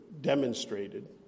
demonstrated